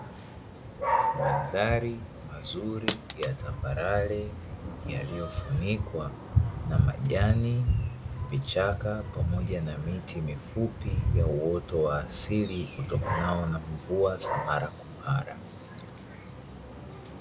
Mandhari mazuri ya tambarale yaliyo funikwa na Majani, Vichaka, pamoja na Miti mifupi ya uoto wa asili utokanao na mvua za mara kwa mara.